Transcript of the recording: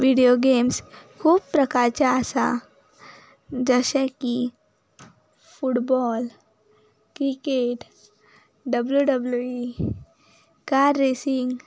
video games खूब प्रकारचे आसा जशे की football cricket W W E car racing